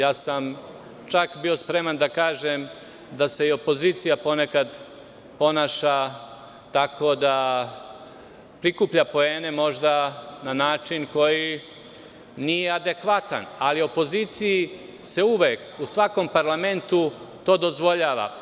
Čak sam bio spreman da kažem da se i opozicija ponekad ponaša tako da prikuplja poene možda na način koji nije adekvatan, ali opoziciji se uvek u svakom parlamentu to dozvoljava.